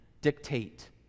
dictate